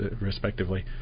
respectively